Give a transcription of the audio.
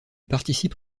participe